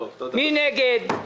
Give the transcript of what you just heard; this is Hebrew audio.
מי נגד?